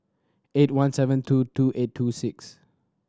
eight one seven two two eight two six